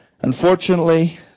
Unfortunately